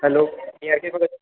hello